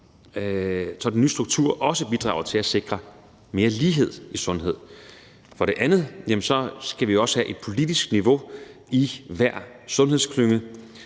så den nye struktur også bidrager til at sikre mere lighed i sundhed. For det andet skal vi også have et politisk niveau i hver sundhedsklynge,